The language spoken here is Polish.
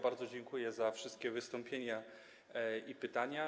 Bardzo dziękuję za wszystkie wystąpienia i pytania.